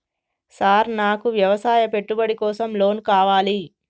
Sir నాకు వ్యవసాయ పెట్టుబడి కోసం లోన్ కావాలి?